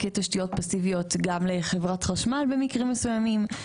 תשתיות פסיביות גם לחברת חשמל במקרים מסוימים,